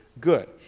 good